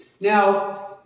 Now